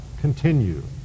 continue